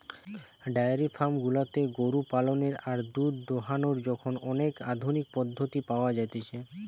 diary farm গুলাতে গরু পালনের আর দুধ দোহানোর এখন অনেক আধুনিক পদ্ধতি পাওয়া যতিছে